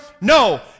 No